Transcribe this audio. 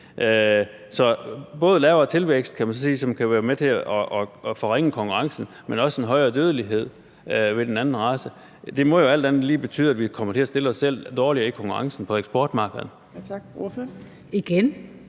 kan man så sige, som kan være med til at forringe konkurrencen, men også en højere dødelighed ved den anden race. Det må jo alt andet lige betyde, at vi kommer til at stille os selv dårligere i konkurrencen på eksportmarkederne.